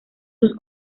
sus